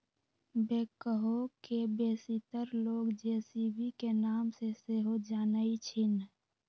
backhoe के बेशीतर लोग जे.सी.बी के नाम से सेहो जानइ छिन्ह